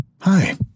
Hi